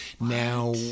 Now